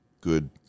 good